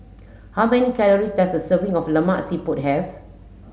how many calories does a serving of Lemak Siput have